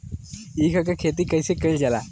ईख क खेती कइसे कइल जाला?